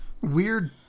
weird